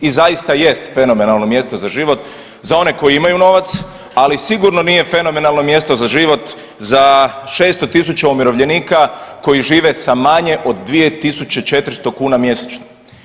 I zaista jest fenomenalno mjesto za život za one koji imaju novac, ali sigurno nije fenomenalno mjesto za život za 600.000 umirovljenika koji žive sa manje od 2.400 kuna mjesečno.